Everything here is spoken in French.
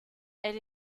elle